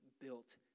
built